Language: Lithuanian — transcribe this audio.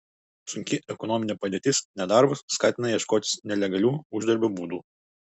sunki ekonominė padėtis nedarbas skatina ieškotis nelegalių uždarbio būdų